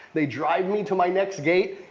they drive me to my next gate.